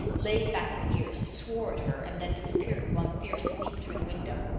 laid back his ears, swore at her, and then disappeared with one fierce leap through the window.